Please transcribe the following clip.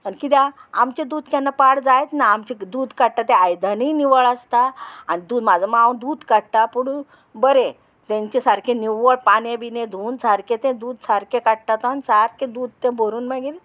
आनी कित्याक आमचें दूद केन्ना पाड जायच ना आमचे दूद काडटा तें आयदनूय निवळ आसता आनी दूद म्हाजो माव दूद काडटा पूण बरें तेंचे सारकें निवळ पाने बिने धुवन सारकें तें दूद सारकें काडटा तो आनी सारकें दूद तें भरून मागीर